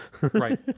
Right